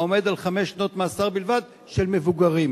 העומד על חמש שנות מאסר בלבד של מבוגרים,